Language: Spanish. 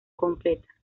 completa